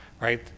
right